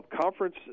Conference